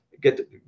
Get